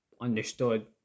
understood